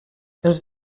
els